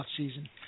offseason